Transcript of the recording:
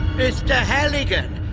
mr. halligan!